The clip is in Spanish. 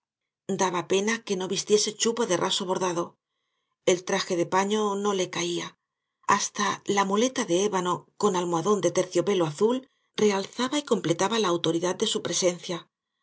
daba pena que no vistiese chupa de raso bordado el traje de paño no le caía hasta la muleta de ébano con almohadón de terciopelo azul realzaba y completaba la autoridad de su presencia